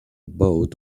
boat